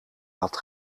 had